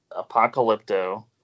Apocalypto